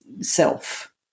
self